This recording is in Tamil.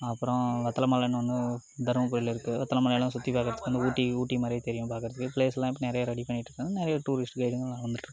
அப்புறம் வத்தலமலைன்னு ஒன்று தர்மபுரியில இருக்கு வத்தலமலைலாம் சுற்றி பார்க்கறதுக்கு இந்த ஊட்டி ஊட்டி மாதிரியே தெரியும் பார்க்குறதுக்கு பிளேஸ்லாம் இப்போ நிறைய ரெடி பண்ணிட்டுயிருக்காங்க நிறைய பேர் டூரிஸ்ட் கைடுங்கலாம் வந்துட்டுருக்காங்க